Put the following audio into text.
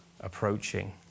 approaching